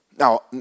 Now